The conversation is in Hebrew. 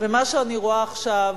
במה שאני רואה עכשיו